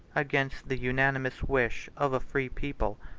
against the unanimous wish of a free people,